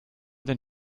den